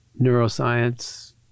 Neuroscience